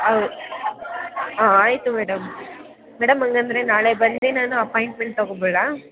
ಔ ಹಾಂ ಆಯಿತು ಮೇಡಮ್ ಮೇಡಮ್ ಹಂಗಂದ್ರೆ ನಾಳೆ ಬಂದು ನಾನು ಅಪಾಯಿಂಟ್ಮೆಂಟ್ ತಗೊಂಡು ಬಿಡ್ಲಾ